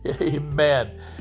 Amen